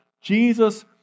Jesus